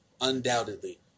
undoubtedly